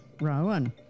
Rowan